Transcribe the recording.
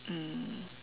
mm